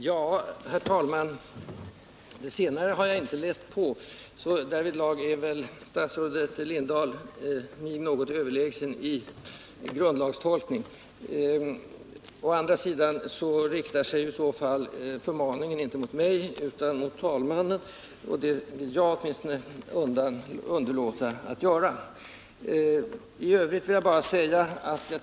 Under senaste veckoskiftet har det återigen inträffat fall där av allt att döma militära brandeller rökfacklor antänts och kastats in i lokaler där speciellt ungdomar varit samlade. Panikartade scener har utspelats och stor risk för ungdomarnas liv och hälsa har varit för handen. Det har nu misstänkts, och tidigare i något fall också visat sig, vara militär övningsmateriel som kommit till användning.